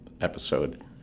episode